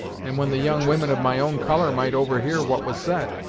and when the young women of my own colour might overhear what was said.